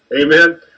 Amen